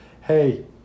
hey